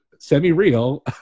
semi-real